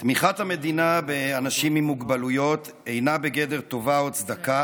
תמיכת המדינה באנשים עם מוגבלויות אינה בגדר טובה או צדקה